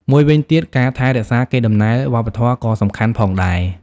មួយវិញទៀតការថែរក្សាកេរដំណែលវប្បធម៌ក៏សំខាន់ផងដែរ។